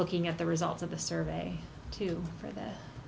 looking at the results of the survey too for that